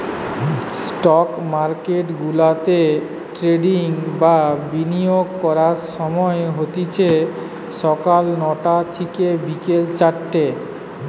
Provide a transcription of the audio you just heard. stock মার্কেটগুলাতে trading বা বিনিয়োগ করার সময় হতিছে সকাল নয়টা থিকে বিকেল চারটে